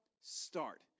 start